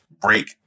break